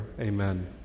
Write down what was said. Amen